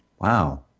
Wow